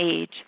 age